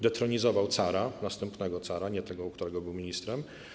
Detronizował cara, następnego cara, nie tego, u którego był ministrem.